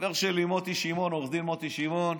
חבר שלי מוטי שמעון, עו"ד מוטי שמעון,